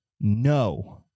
no